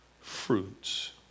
fruits